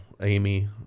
Amy